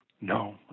No